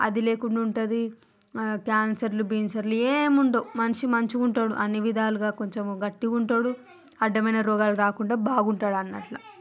అది లేకుండా ఉంటుంది క్యాన్సర్ బీన్సర్లు ఏముండవు మనిషి మంచిగా ఉంటాడు అన్ని విధాలుగా కొంచెం గట్టిగా ఉంటాడు అడ్డమైన రోగాలు రాకుండా బాగుంటాడు అన్నట్లు